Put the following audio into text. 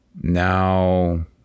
now